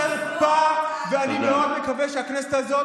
והחרפה שאת מבקשת להמיט היום על הבית הזה,